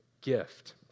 gift